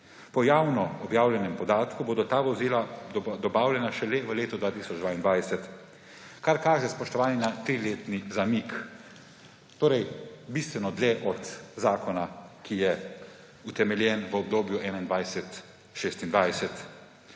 Po javno objavljenem podatku bodo ta vozila dobavljena šele v letu 2022, kar kaže, spoštovani, na triletni zamik, torej bistveno dlje od zakona, ki je utemeljen v obdobju 2021–2026.